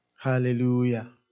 Hallelujah